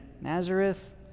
Nazareth